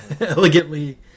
elegantly